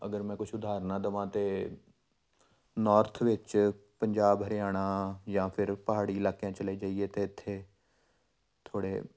ਅਗਰ ਮੈਂ ਕੁਛ ਉਦਾਹਰਣਾਂ ਦੇਵਾਂ ਤਾਂ ਨੌਰਥ ਵਿੱਚ ਪੰਜਾਬ ਹਰਿਆਣਾ ਜਾਂ ਫਿਰ ਪਹਾੜੀ ਇਲਾਕਿਆਂ ਚਲੇ ਜਾਈਏ ਤਾਂ ਇੱਥੇ ਥੋੜ੍ਹੇ